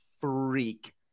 freak